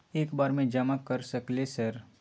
एक बार में जमा कर सके सकलियै सर?